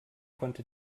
konnte